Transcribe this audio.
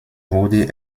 wurde